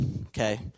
Okay